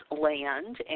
Land